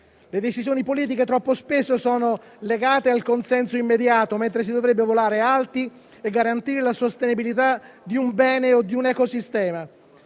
Le decisioni politiche troppo spesso sono legate al consenso immediato, mentre si dovrebbe volare alti e garantire la sostenibilità di un bene o di un ecosistema.